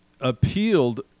appealed